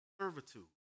servitude